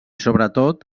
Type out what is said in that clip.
sobretot